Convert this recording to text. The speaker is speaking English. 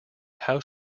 how